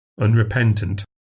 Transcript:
Unrepentant